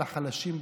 על החלשים בחברה: